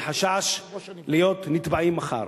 מחשש להיות נתבעים מחר.